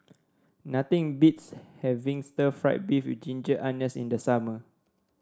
nothing beats having Stir Fried Beef with Ginger Onions in the summer